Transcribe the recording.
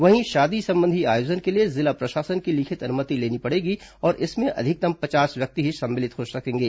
वहीं शादी संबंधी आयोजन के लिए जिला प्रशासन की लिखित अनुमति लेनी पड़ेगी और इसमें अधिकतम पचास व्यक्ति ही सम्मिलित हो सकेंगे